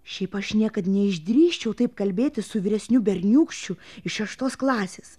šiaip aš niekad neišdrįsčiau taip kalbėti su vyresniu berniūkščiu iš šeštos klasės